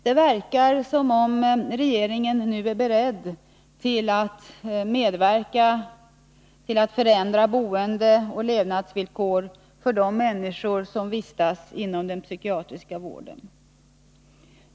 Det verkar som om regeringen nu är beredd att medverka till att förändra boende och levnadsvillkor för de människor som vistas inom den psykiatriska vården.